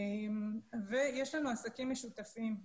ויש לנו עסקים משותפים,